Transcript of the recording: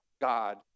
God